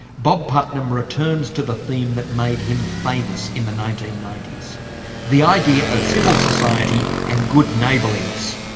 bob putnam returns to the theme that made him famous in the nineteen ninety s the idea of civil society and good neighbourliness.